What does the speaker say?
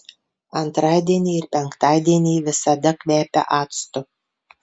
antradieniai ir penktadieniai visada kvepia actu